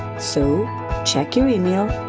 so check your email,